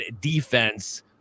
defense